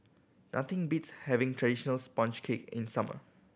nothing beats having traditional sponge cake in the summer